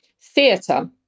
theatre